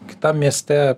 kitam mieste